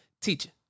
teaching